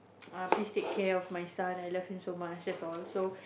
please take care of my son I love him so much that's all so